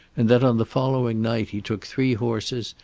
and that on the following night he took three horses,